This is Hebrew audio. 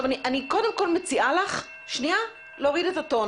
אני קודם כל מציעה לך להוריד את הטון